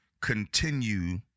continue